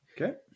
Okay